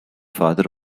father